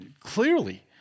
clearly